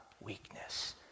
weakness